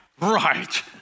Right